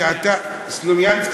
סלוֹמינסקי.